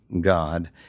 God